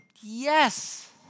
Yes